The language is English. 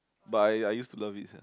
but I I use to love it siah